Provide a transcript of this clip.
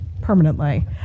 permanently